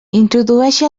introdueixi